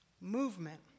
movement